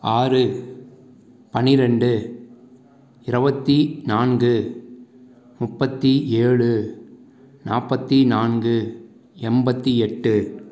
ஆறு பன்னிரெண்டு இருபத்தி நான்கு முப்பத்தி ஏழு நாற்பத்தி நான்கு எண்பத்தி எட்டு